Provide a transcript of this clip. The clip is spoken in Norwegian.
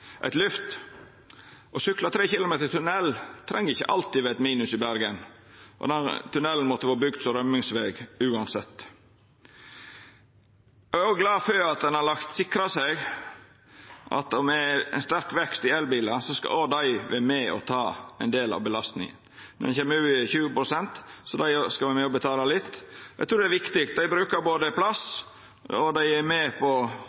treng ikkje alltid vera eit minus i Bergen, og den tunnelen måtte ha vore bygd som rømmingsveg uansett. Eg er òg glad for at ein har sikra seg at med ein sterk vekst i elbilar skal òg dei vera med på å ta ein del av belastinga. Når ein kjem over 20 pst., skal dei vera med og betala litt. Eg trur det er viktig. Dei brukar plass, og dei er med på